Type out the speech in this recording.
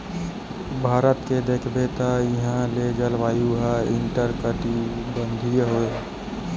भारत के देखबे त इहां के जलवायु ह उस्नकटिबंधीय हे